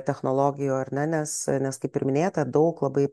technologijų ar ne nes nes kaip ir minėta daug labai